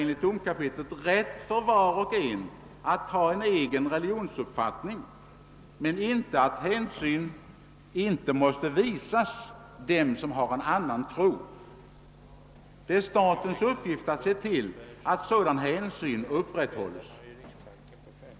Enligt domkapitlet innebär religionsfrihet rätt för var och en att ha en egen religionsuppfattning men inte att hänsyn inte måste visas dem som har en annan tro. Och det är statens uppgift att se till att sådan hänsyn visas.